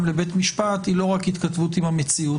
לבית המשפט היא לא רק התכתבות עם המציאות.